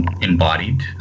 embodied